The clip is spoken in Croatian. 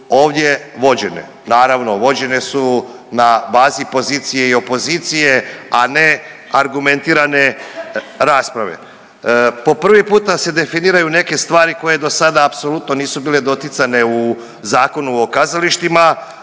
ovdje vođene naravno vođene su na bazi pozicije i opozicije, a ne argumentirane rasprave. Po prvi puta se definiraju neke stvari koje dosada apsolutno nisu bile doticane u Zakonu o kazalištima